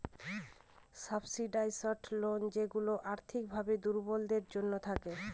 subsidised loan যেইগুলা আর্থিক ভাবে দুর্বলদের জন্য থাকে